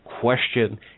question